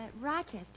Rochester